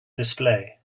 display